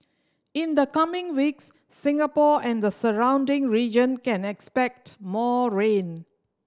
in the coming weeks Singapore and the surrounding region can expect more rain